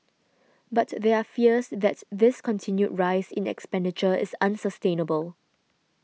but there are fears that this continued rise in expenditure is unsustainable